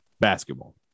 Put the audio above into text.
basketball